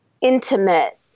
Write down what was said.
intimate